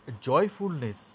joyfulness